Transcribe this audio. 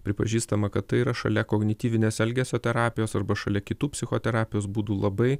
pripažįstama kad tai yra šalia kognityvinės elgesio terapijos arba šalia kitų psichoterapijos būdų labai